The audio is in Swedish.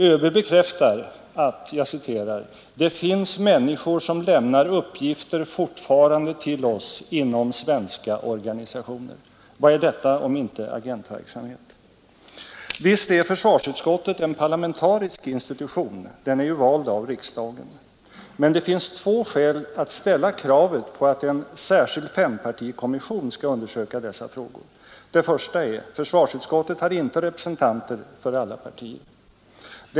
ÖB bekräftar att ”det finns människor som lämnar uppgifter fortfarande till oss” inom svenska organisationer. Vad är detta om inte agentverksamhet? Visst är försvarsutskottet en parlamentarisk institution — utskottet är ju valt av riksdagen. Men det finns två skäl för att ställa kravet på att en särskild fempartikommission skall undersöka dessa frågor: 1. Försvarsutskottet har inte representanter för alla partier.